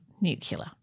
nuclear